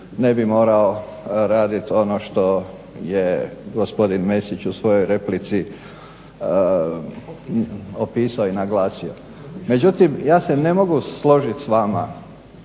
ne bi morao raditi ono što je gospodin Mesić u svojoj replici opisao i naglasio. Međutim, ja se ne mogu složit s vama